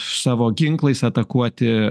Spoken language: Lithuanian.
savo ginklais atakuoti